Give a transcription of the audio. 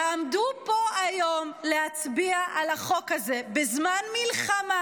יעמדו פה היום להצביע על החוק הזה בזמן מלחמה,